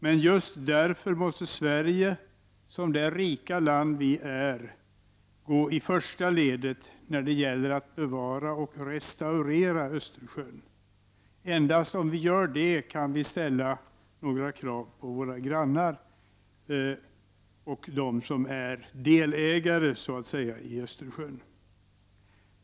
Men just därför måste Sverige, såsom det rika land vi är, gå i första ledet när det gäller att bevara och restaurera Östersjön. Endast om vi gör det kan vi ställa krav på våra grannar och dem som så att säga är delägare i Östersjön.